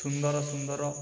ସୁନ୍ଦର ସୁନ୍ଦର